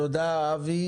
תודה, אבי.